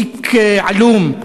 תיק עלום.